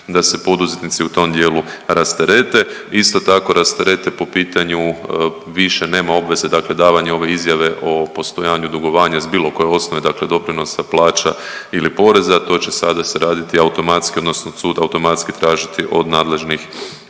da se poduzetnici u tom dijelu rasterete. Isto tako rasterete po pitanju, više nema obveze dakle davanja ove izjave o postojanju dugovanja iz bilo koje osnove, dakle doprinosa, plaća ili poreza to će sada se raditi automatski odnosno sud automatski tražiti od nadležnih